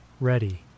ready